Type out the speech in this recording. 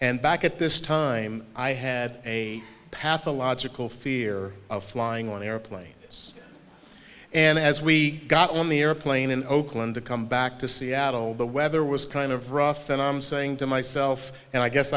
and back at this time i had a pathological fear of flying on airplanes and as we got on the airplane in oakland to come back to seattle the weather was kind of rough and i'm saying to myself and i guess